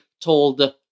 told